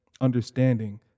understanding